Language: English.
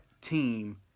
team